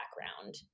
background